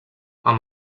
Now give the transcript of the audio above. amb